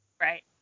Right